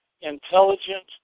intelligent